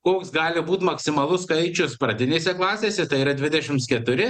koks gali būt maksimalus skaičius pradinėse klasėse tai yra dvidešims keturi